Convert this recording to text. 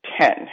Ten